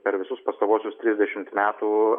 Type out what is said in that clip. per visus pastaruosius trisdešimt metų